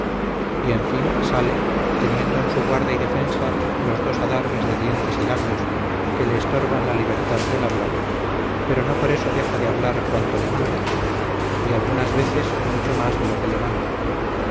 y en fin sale teniendo en su guarda y defensa los dos adarves de dientes y labios que le estorban la libertad del hablar pero no por eso deja de hablar cuanto le mandan y algunas veces mucho más de lo que le mandan